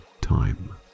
time